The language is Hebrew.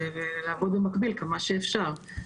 לעבוד במקביל כמה שאפשר.